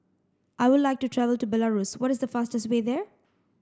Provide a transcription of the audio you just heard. I would like to travel to Belarus what is the fastest way there